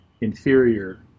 inferior